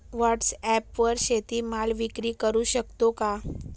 व्हॉटसॲपवर शेती माल विक्री करु शकतो का?